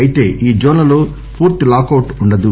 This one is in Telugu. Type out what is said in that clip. అయితే ఈ జోన్లలో పూర్తి లాకౌట్ వుండదు